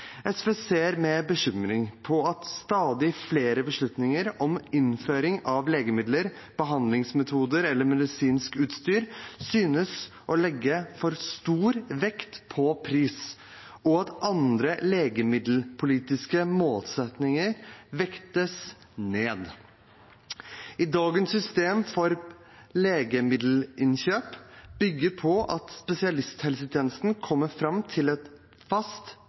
SV ser med bekymring på at stadig flere beslutninger om innføring av legemidler, behandlingsmetoder eller medisinsk utstyr synes å legge for stor vekt på pris, og at andre legemiddelpolitiske målsettinger vektes ned. Dagens system for legemiddelinnkjøp bygger på at spesialisthelsetjenesten kommer fram til en fast